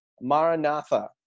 Maranatha